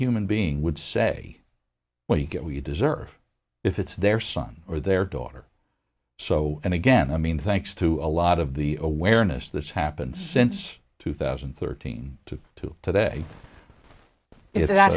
human being would say well you get what you deserve if it's their son or their daughter so and again i mean thanks to a lot of the awareness that's happened since two thousand and thirteen to two today it ha